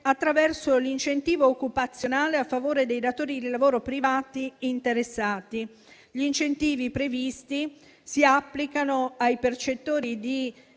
l'incentivo occupazionale a favore dei datori di lavoro privati interessati. Gli incentivi previsti si applicano ai percettori del